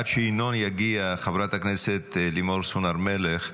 עד שינון יגיע, חברת הכנסת לימור סון הר מלך,